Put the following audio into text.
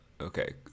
okay